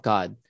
God